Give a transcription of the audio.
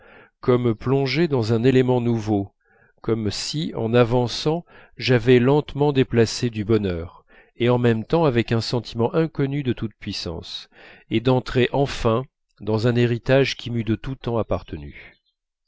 comme plongé dans un élément nouveau comme si en avançant j'avais lentement déplacé du bonheur et en même temps avec un sentiment inconnu de toute-puissance et d'entrer enfin dans un héritage qui m'eût de tout temps appartenu